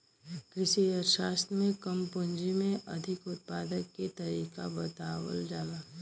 कृषि अर्थशास्त्र में कम पूंजी में अधिक उत्पादन के तरीका बतावल जाला